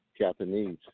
Japanese